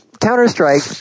Counter-Strike